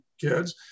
kids